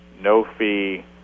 no-fee